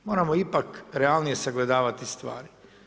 Moramo ipak realnije sagledavati stvari.